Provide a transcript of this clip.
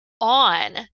on